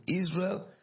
Israel